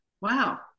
wow